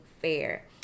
fair